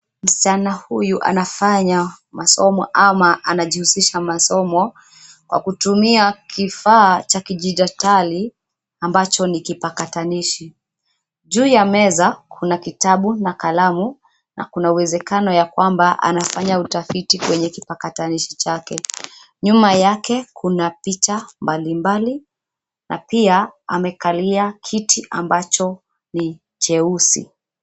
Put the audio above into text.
Msichana huyu anafanya masomo ama anajihusisha masomo kwa kutumia kifaa cha kidijitali ambacho ni kipakatalishi. Juu ya meza kuna kitabu na kalamu na kuna uwezekano ya kwamba anafanya utafiti kwenye kipakatalishi chake. Nyuma yake kuna picha mbalimbali na pia amekalia kiti ambacho ni cheusi.